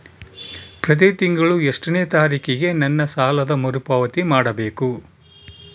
ಪ್ರತಿ ತಿಂಗಳು ಎಷ್ಟನೇ ತಾರೇಕಿಗೆ ನನ್ನ ಸಾಲದ ಮರುಪಾವತಿ ಮಾಡಬೇಕು?